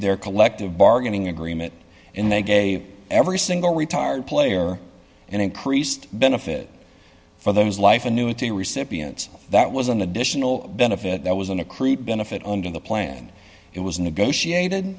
their collective bargaining agreement and they gave every single retired player an increased benefit for those life annuity recipients that was an additional benefit that was in a creek benefit under the plan it was negotiated